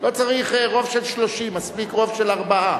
לא צריך רוב של 30, מספיק רוב של ארבעה.